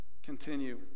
Continue